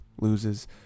Loses